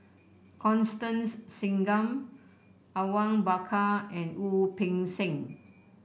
Constance Singam Awang Bakar and Wu Peng Seng